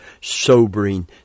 sobering